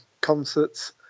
concerts